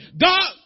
God